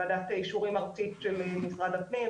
ועדת אישורים ארצית של משרד הפנים,